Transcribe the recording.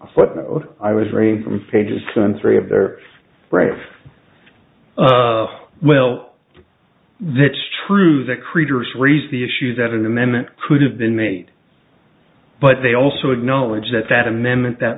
a footnote i was raised from pages three of their right well that is true that creatures raise the issue that an amendment could have been made but they also acknowledge that that amendment that